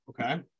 Okay